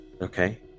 okay